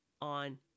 on